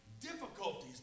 difficulties